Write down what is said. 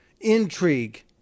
intrigue